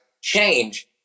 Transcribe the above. change